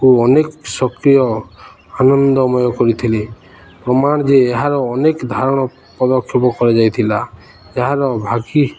କୁ ଅନେକ ସକ୍ରିୟ ଆନନ୍ଦମୟ କରିଥିଲେ ପ୍ରମାଣ ଯେ ଏହାର ଅନେକ ଧାରଣ ପଦକ୍ଷେପ କରାଯାଇଥିଲା ଏହାର ଭାଗି